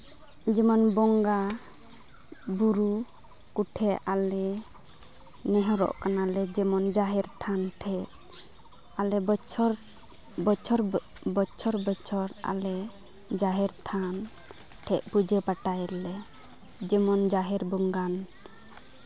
ᱡᱮᱢᱚᱱ ᱵᱚᱸᱜᱟᱼᱵᱳᱨᱳ ᱠᱚᱴᱷᱮᱡ ᱟᱞᱮ ᱱᱮᱦᱚᱨᱚᱜ ᱠᱟᱱᱟᱞᱮ ᱡᱮᱢᱚᱱ ᱡᱟᱦᱮᱨ ᱛᱷᱟᱱ ᱴᱷᱮᱡ ᱟᱞᱮ ᱵᱚᱪᱷᱚᱨ ᱵᱚᱪᱷᱚᱨ ᱵᱚᱪᱷᱚᱨ ᱟᱞᱮ ᱡᱟᱦᱮᱨ ᱛᱷᱟᱱ ᱴᱷᱮᱡ ᱟᱞᱮ ᱯᱩᱡᱟᱹ ᱯᱟᱥᱟᱭᱟᱞᱮ ᱡᱮᱢᱚᱱ ᱡᱟᱦᱮᱨ ᱵᱚᱸᱜᱟ